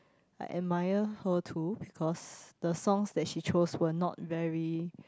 I admire her too because the songs that she chose were not very